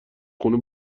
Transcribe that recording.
خونه